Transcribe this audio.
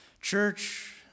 Church